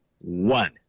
One